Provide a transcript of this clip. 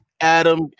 Adam